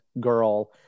girl